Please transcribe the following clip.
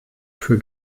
für